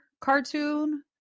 cartoon